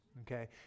okay